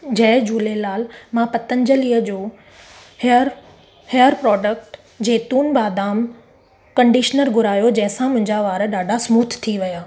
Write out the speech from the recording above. जय झूलेलाल मां पतंजलीअ जो हेयर हेयर प्रोडक्ट जैतून बादाम कंडीशनर घुरायो जंहिंसां मुंहिंजा वार ॾाढा स्मूथ थी विया